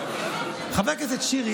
חבר הכנסת שירי,